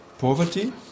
poverty